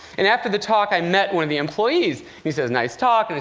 and after the talk, i met one of the employees. he says, nice talk. and